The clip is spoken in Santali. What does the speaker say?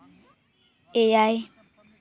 ᱮᱭᱟᱭ